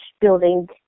building